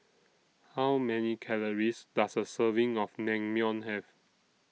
How Many Calories Does A Serving of Naengmyeon Have